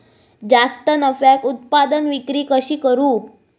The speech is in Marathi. जास्त नफ्याक उत्पादन विक्री कशी करू?